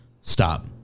stop